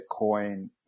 Bitcoin